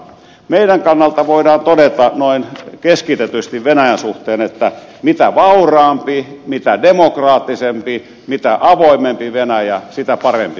meidän kannaltamme voidaan todeta keskitetysti venäjän suhteen että mitä vauraampi mitä demokraattisempi mitä avoimempi venäjä sitä parempi suomelle